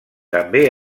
també